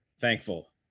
thankful